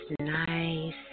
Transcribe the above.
nice